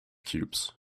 cubes